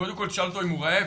קודם כל תשאל אותו אם הוא רעב,